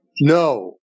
No